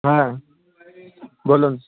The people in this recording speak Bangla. হ্যাঁ বলুন